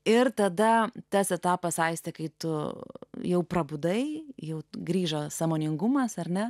ir tada tas etapas aistė kai tu jau prabudai jau grįžo sąmoningumas ar ne